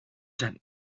zijn